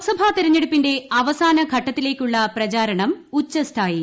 ലോക്സഭ തെരഞ്ഞെടുപ്പിള്ളു അവസാന ഘട്ടത്തിലേക്കുള്ള പ്രച്ചാർണ്ട് ഉച്ചസ്ഥായിയിൽ